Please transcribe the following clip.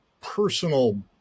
personal